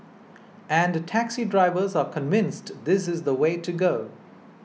and taxi drivers are convinced this is the way to go